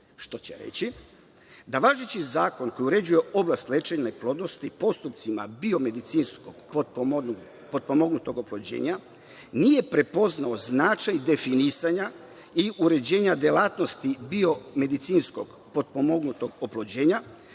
što će reći da važeći Zakon koji uređuje oblast lečenja neplodnosti postupcima biomedicinski potpomognutog oplođenja nije prepoznao značaj definisanja i uređenja delatnosti biomedicinskog potpomognutog oplođenja,